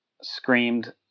screamed